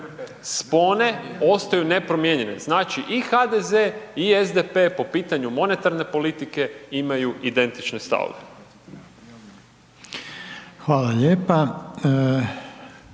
spone ostaju nepromijenjene. Znači i HDZ i SDP po pitanju monetarne politike imaju identične stavove. **Reiner,